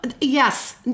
yes